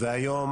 היום